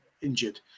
injured